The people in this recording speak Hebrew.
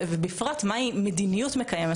ובפרט מהי מדיניות מקיימת,